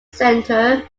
center